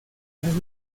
las